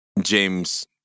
James